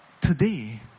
today